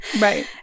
Right